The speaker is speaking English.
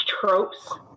tropes